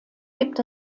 gibt